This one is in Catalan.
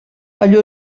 allò